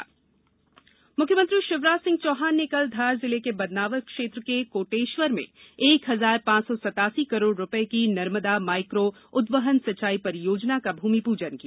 CM Narmada micro उद्वहन मुख्यमंत्री शिवराज सिंह चौहान ने कल धार जिले के बदनावर क्षेत्र के कोटेश्वर में एक हजार पांच सौसतासी करोड़ रुपये की नर्मदा माइको उद्वहन सिंचाई परियोजना का भूमिपूजन किया